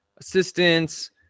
assistance